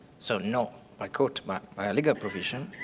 so know i quote my my legal provision.